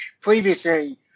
previously